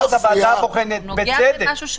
ואז הוועדה הבוחנת בצדק אמרה: